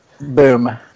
boom